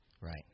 Right